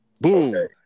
Boom